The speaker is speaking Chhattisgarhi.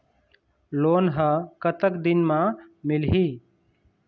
लोन ह कतक दिन मा मिलही?